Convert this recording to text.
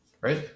Right